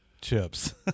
chips